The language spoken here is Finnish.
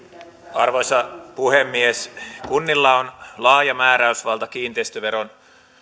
arvoisa puhemies kunnilla on laaja määräysvalta kiinteistöveron